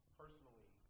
personally